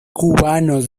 cubanos